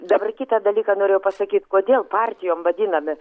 dabar kitą dalyką noriu pasakyti kodėl partijom vadinami